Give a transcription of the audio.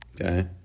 Okay